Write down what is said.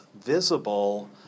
visible